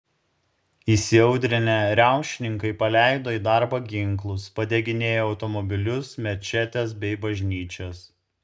įsiaudrinę riaušininkai paleido į darbą ginklus padeginėjo automobilius mečetes bei bažnyčias